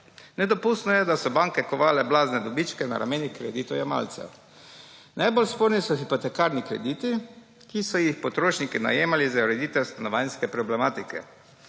Nedopustno je, da so banke kovale blazne dobičke na ramenih kreditojemalcev. Najbolj sporni so hipotekarni krediti, ki so jih potrošniki najemali za ureditev stanovanjske problematike.